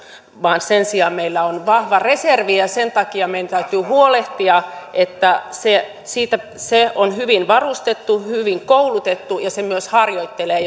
sen sijaan meillä on vahva reservi ja sen takia meidän täytyy huolehtia että se on hyvin varustettu hyvin koulutettu ja se myös harjoittelee